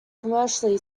commercially